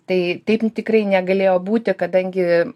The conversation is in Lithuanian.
tai taip nu tikrai negalėjo būti kadangi